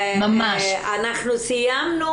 אנחנו סיימנו,